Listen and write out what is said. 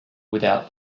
without